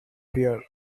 here